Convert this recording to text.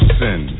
sin